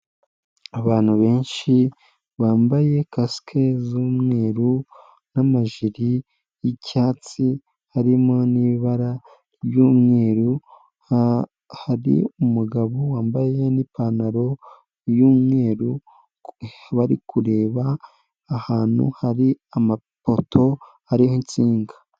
Abantu benshi bambaye kasike z'umweru, n'amajiri y'icyatsi, harimo n'ibara ry'umweru, hari umugabo wambaye n'ipantaro y'umweru, bari kureba ahantu hari amapoto ariho insinga.